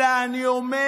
אלא אני אומר: